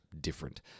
different